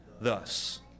thus